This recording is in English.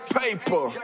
paper